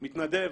מתנדב,